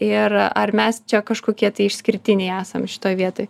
ir ar mes čia kažkokie išskirtiniai esam šitoj vietoj